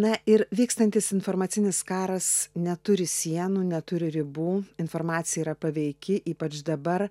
na ir vykstantis informacinis karas neturi sienų neturi ribų informacija yra paveiki ypač dabar